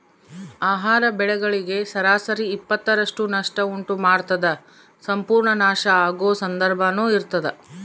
ಆಹಾರ ಬೆಳೆಗಳಿಗೆ ಸರಾಸರಿ ಇಪ್ಪತ್ತರಷ್ಟು ನಷ್ಟ ಉಂಟು ಮಾಡ್ತದ ಸಂಪೂರ್ಣ ನಾಶ ಆಗೊ ಸಂದರ್ಭನೂ ಇರ್ತದ